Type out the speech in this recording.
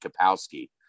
Kapowski